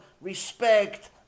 respect